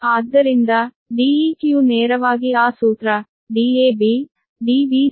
ಆದ್ದರಿಂದ Deq ನೇರವಾಗಿ ಆ ಸೂತ್ರ13ಇದು 7